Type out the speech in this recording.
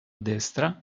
destra